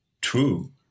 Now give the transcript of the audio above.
true